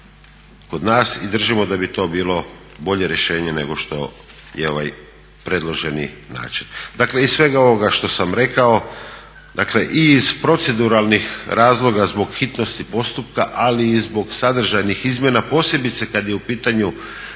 kod nas. I držimo da bi to bilo bolje rješenje nego što je ovaj predloženi način. Dakle iz svega ovoga što sam rekao, dakle i iz proceduralnih razloga zbog hitnosti postupka ali i zbog sadržajnih izmjena posebice kada je u pitanju